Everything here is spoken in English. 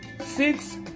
six